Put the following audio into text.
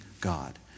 God